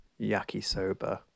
yakisoba